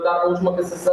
darbo užmokestis